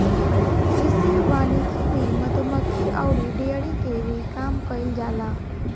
कृषि वानिकी में मधुमक्खी अउरी डेयरी के भी काम कईल जाला